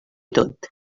tot